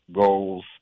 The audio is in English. goals